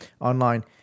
online